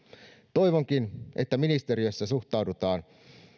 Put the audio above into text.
toivonkin että ministeriössä suhtaudutaan